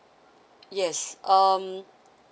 yes um